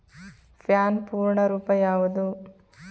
PAN ಪೂರ್ಣ ರೂಪ ಯಾವುದು?